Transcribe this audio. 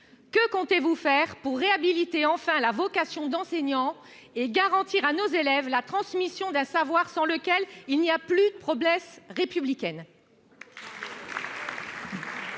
que comptez-vous faire pour réhabiliter enfin la vocation d'enseignant et garantir à nos élèves la transmission d'un savoir sans lequel la promesse républicaine